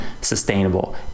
sustainable